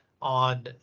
on